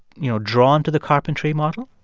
you know, drawn to the carpentry model?